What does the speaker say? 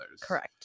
Correct